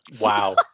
Wow